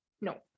No